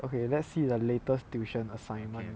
okay let's see the latest tuition assignment